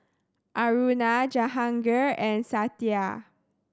Aruna Jahangir and Satya